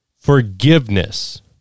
forgiveness